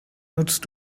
nutzt